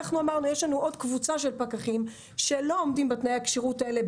אנחנו אמרנו שיש לנו עוד קבוצה של פקחים שלא עומדים בתנאי הכשירות האלה,